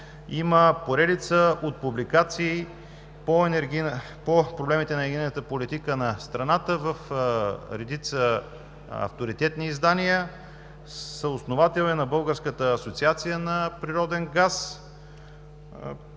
Има поредица от публикации по проблемите на енергийна политика на страната в редица авторитетни издания. Съосновател е на Българска асоциация Природен газ.